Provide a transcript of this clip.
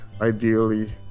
ideally